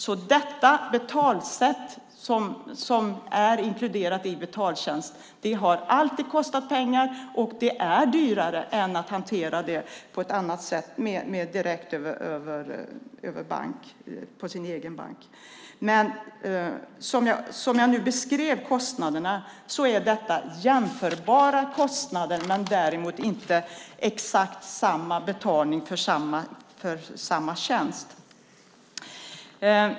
Så det betalsätt som är inkluderat i betaltjänst har alltid kostat pengar, och det är dyrare än att hantera det på ett annat sätt, till exempel direkt via sin egen bank. De kostnader jag nu beskrivit är jämförbara. Däremot är det inte exakt samma betalning för samma tjänst.